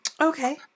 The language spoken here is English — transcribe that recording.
Okay